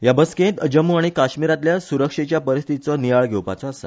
ह्या बसकेंत जम्मू आनी काश्मीरातल्या सुरक्षेच्या परिस्थीतीचो नियाळ घेवपाचो आसा